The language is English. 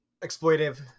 Exploitive